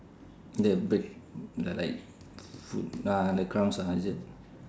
the break the like food ah the crumbs ah is it